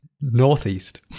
Northeast